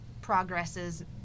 progresses